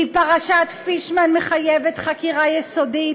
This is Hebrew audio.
כי פרשת פישמן מחייבת חקירה יסודית,